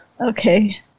okay